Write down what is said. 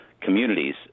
communities